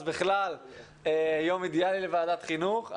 זה בכלל יום אידיאלי לוועדת החינוך.